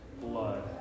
blood